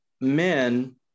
men